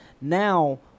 now